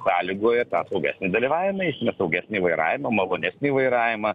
sąlygoja tą saugesnį dalyvavimą eisme saugesnį vairavimą malonesnį vairavimą